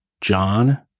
John